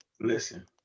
listen